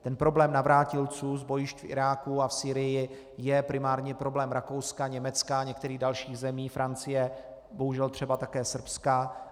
Ten problém navrátilců z bojišť v Iráku a Sýrii je primární problém Rakouska, Německa a některých dalších zemí, Francie, bohužel třeba také Srbska.